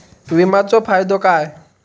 विमाचो फायदो काय?